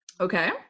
Okay